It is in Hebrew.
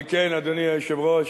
על כן, אדוני היושב-ראש,